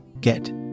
get